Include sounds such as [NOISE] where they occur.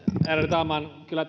talman kyllä [UNINTELLIGIBLE]